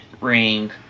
ring